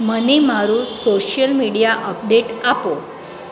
મને મારું social media update આપો